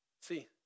See